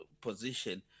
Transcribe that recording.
position